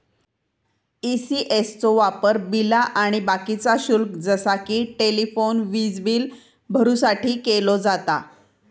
ECS चो वापर बिला आणि बाकीचा शुल्क जसा कि टेलिफोन, वीजबील भरुसाठी केलो जाता